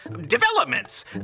developments